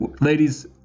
Ladies